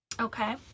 Okay